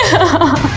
but